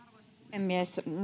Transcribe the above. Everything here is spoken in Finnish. puhemies